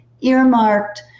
earmarked